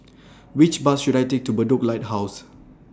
Which Bus should I Take to Bedok Lighthouse